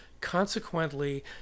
Consequently